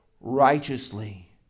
righteously